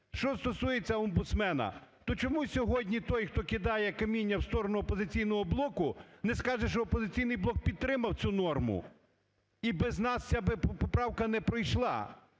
Що стосується омбудсмена. То чому сьогодні той, хто "кидає каміння" в сторону "Опозиційного блоку" не скаже, що "Опозиційний блок" підтримав цю норму і без нас ця би поправка не пройшла?